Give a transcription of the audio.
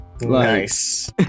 Nice